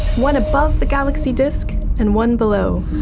one above the galaxy disk and one below.